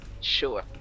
sure